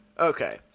Okay